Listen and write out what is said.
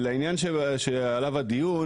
לעניין הדיון